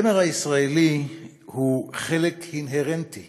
הזמר הישראלי הוא חלק אינהרנטי